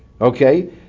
Okay